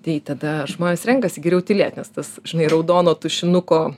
tai tada žmonės renkasi geriau tylėt nes tas žinai raudono tušinuko